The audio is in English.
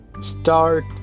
Start